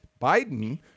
Biden